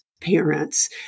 parents